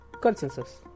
consensus